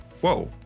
whoa